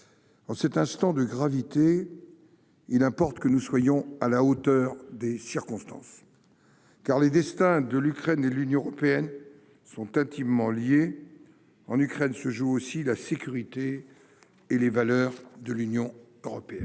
En cet instant de gravité, il importe d'être à la hauteur des circonstances, car les destins de l'Ukraine et de l'Union européenne sont intimement liés : en Ukraine se jouent aussi la sécurité et les valeurs de l'Union européenne.